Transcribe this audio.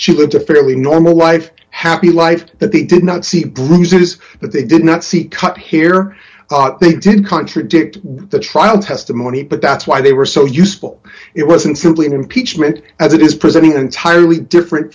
she lived a fairly normal life happy life that they did not see bruises that they did not see cut here they didn't contradict the trial testimony but that's why they were so useful it wasn't simply impeachment as it is presenting an entirely different